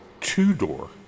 two-door